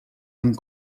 han